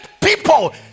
people